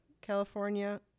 California